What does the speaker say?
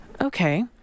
okay